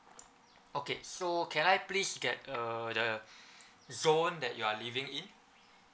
okay so can I please get uh the zone that you are living in